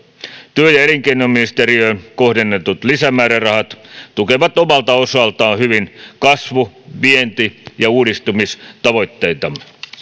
työ ja elinkeinoministeriöön kohdennetut lisämäärärahat tukevat omalta osaltaan hyvin kasvu vienti ja uudistumistavoitteita ministeri